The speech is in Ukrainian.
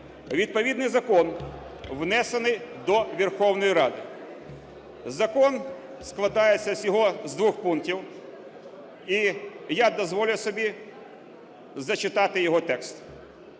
Відповідний закон внесений до Верховної Ради. Закон складається всього з двох пунктів, і я дозволю собі зачитати його текст.